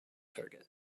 target